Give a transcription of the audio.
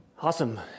Awesome